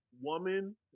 woman